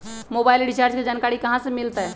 Mobile recharge के जानकारी कहा से मिलतै?